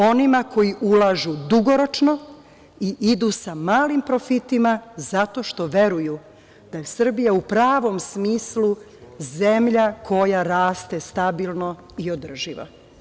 Onima koji ulažu dugoročno i idu sa malim profitima, zato što veruju da je Srbija u pravom smislu zemlja koja raste stabilno i održivo.